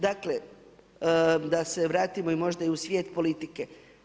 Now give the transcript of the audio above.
Dakle, da se vratimo možda i u svijet politike.